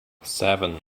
seven